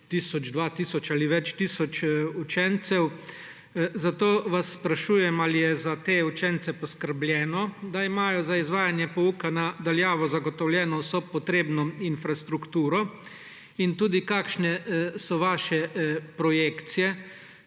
tisoč, 2 tisoč ali več tisoč učencev. Zato vas sprašujem: Ali je za te učence poskrbljeno, da imajo za izvajanje pouka na daljavo zagotovljeno vso potrebno infrastrukturo? Kakšne so vaše projekcije,